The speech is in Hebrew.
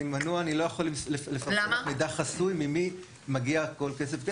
אני לא יכול למסור מידע חסוי ממי מגיע כל הכסף.